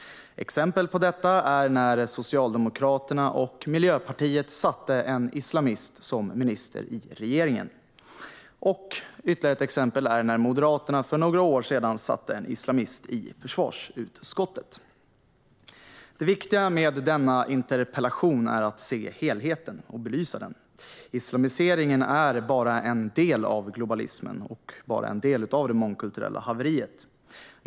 Exempel på detta är när Socialdemokraterna och Miljöpartiet satte en islamist som minister i regeringen. Ytterligare ett exempel är när Moderaterna för några år sedan satte en islamist i försvarsutskottet. Det viktiga med denna interpellation är att se helheten och belysa den. Islamiseringen är bara en del av globalismen och bara en del av det mångkulturella haveriet.